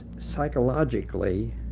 psychologically